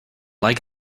like